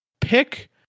pick